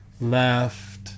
left